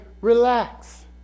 Relax